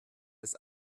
bis